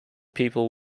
people